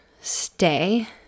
stay